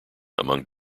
among